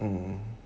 mm